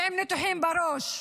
עם ניתוחים בראש,